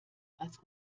als